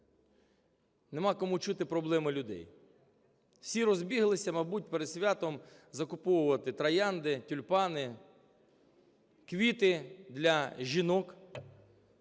нема кому чути проблеми людей. Всі розбіглися, мабуть, перед святом закуповувати троянди, тюльпани, квіти для жінок,